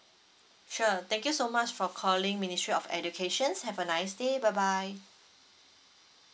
sure thank you so much for calling ministry of education have a nice day bye bye